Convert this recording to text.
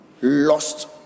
lost